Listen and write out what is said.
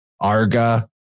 Arga